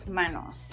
manos